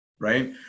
Right